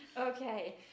Okay